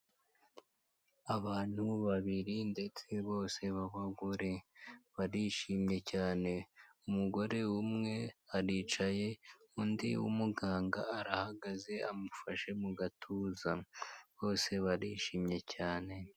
Abantu babiri ndetse bose b'abagore barishimye cyane umugore umwe aricaye undi w'umuganga arahagaze amufashe mu gatuza bose barishimye cyane.